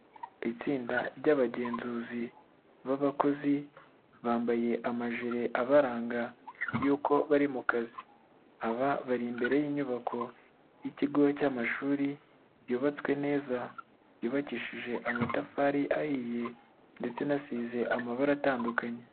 Itsinda ry'abagenzuzi b'abakozi, bambaye amajire abaranga yuko bari mu kazi, aba bari imbere y'inyubako y'ikigo cy'amashuri yubatswe neza, yubakishije amatafari ahiye ndetse inasize amabara atandukanye.